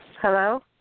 Hello